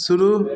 शुरू